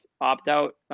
opt-out